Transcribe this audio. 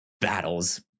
battles